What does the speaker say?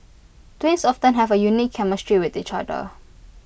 twins often have A unique chemistry with each other